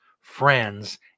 friends